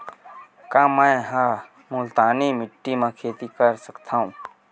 का मै ह मुल्तानी माटी म खेती कर सकथव?